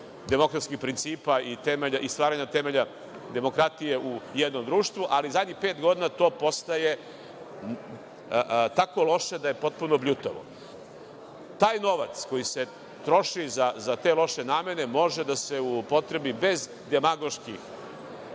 demokratskih principa i stvaranja temelja demokratije u jednom društvu, ali zadnjih pet godina to postaje tako loše da je potpuno bljutavo. Taj novac koji se troši za te loše namene može da se upotrebi, bez demagoških